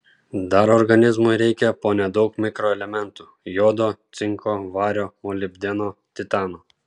dar organizmui reikia po nedaug mikroelementų jodo cinko vario molibdeno titano